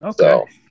okay